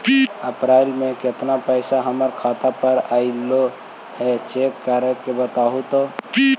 अप्रैल में केतना पैसा हमर खाता पर अएलो है चेक कर के बताहू तो?